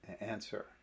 Answer